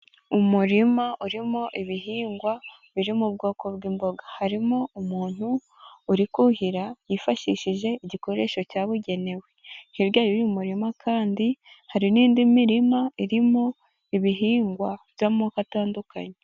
Umurima urimo ibihingwa biri mu bwoko bw'imboga, harimo umuntu uri kuhira yifashishije igikoresho cyabugenewe, hirya y'umurima kandi hari n'indi mirima irimo ibihingwa by'amoko atandukanye.